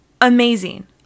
amazing